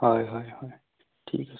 হয় হয় হয় ঠিক আছে